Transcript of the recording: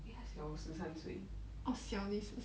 比我小十三岁